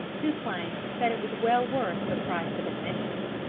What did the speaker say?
who claimed that it was well worth the price of admission.